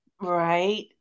Right